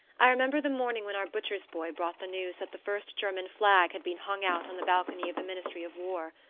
i remember the morning when our butcher's boy brought the news that the first german flag had been hung out on the balcony of the ministry of war.